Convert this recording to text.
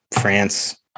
France